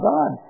God